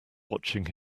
watching